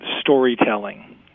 storytelling